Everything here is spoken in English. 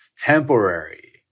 temporary